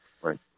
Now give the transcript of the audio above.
right